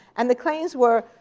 and the claims were,